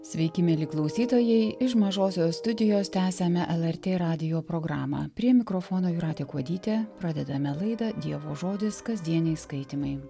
sveiki mieli klausytojai iš mažosios studijos tęsiame lrt radijo programą prie mikrofono jūratė kuodytė pradedame laidą dievo žodis kasdieniai skaitymai